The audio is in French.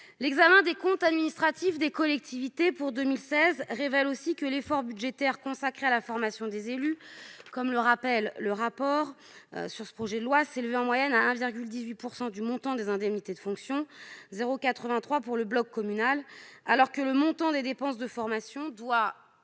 L'examen des comptes administratifs des collectivités pour 2016 révèle aussi que l'effort budgétaire consacré à la formation des élus, comme le rappelle le rapport sur ce projet de loi, s'élevait en moyenne à 1,18 % du montant des indemnités de fonction- 0,83 % pour le bloc communal -, alors que le montant des dépenses de formation doit